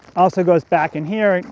also goes back in here,